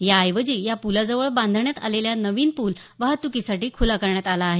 याऐवजी या प्लाजवळ बांधण्यात आलेला नवीन पूल वाहत्कीसाठी खूला करण्यात आला आहे